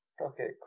Okay